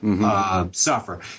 Suffer